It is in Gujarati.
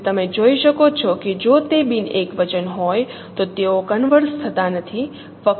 તેથી તમે જોઈ શકો છો કે જો તે બિન એકવચન હોય તો તેઓ કન્વર્ઝ થતા નથી